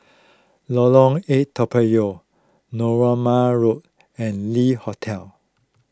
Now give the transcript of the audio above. Lorong eight Toa Payoh Narooma Road and Le Hotel